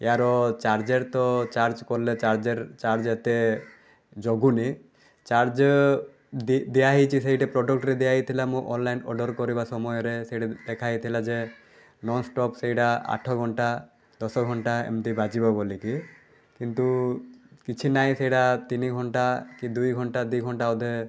ୟାର ଚାର୍ଜର୍ ତ ଚାର୍ଜ କଲେ ଚାର୍ଜର ଚାର୍ଜ ଏତେ ଜଗୁନି ଚାର୍ଜ ଦିଆ ହେଇଛି ସେଇଠି ପ୍ରଡ଼କ୍ଟରେ ଦିଆ ହେଇଥିଲା ମୁଁ ଅନଲାଇନ୍ ଅର୍ଡ଼ର୍ କରିବା ସମୟରେ ସେଇଠି ଲେଖା ହେଇଥିଲା ଯେ ନନ୍ଷ୍ଟପ୍ ସେଇଟା ଆଠଘଣ୍ଟା ଦଶଘଣ୍ଟା ଏମିତି ବାଜିବ ବୋଲିକି କିନ୍ତୁ କିଛି ନାହିଁ ସେଇଟା ତିନିଘଣ୍ଟା କି ଦୁଇଘଣ୍ଟା ଦୁଇଘଣ୍ଟା ଅଧେ